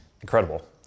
incredible